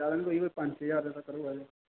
ज्यादा नी कोई पंज छे ज्हार तकर होऐ